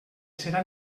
serà